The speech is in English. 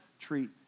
treat